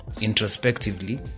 introspectively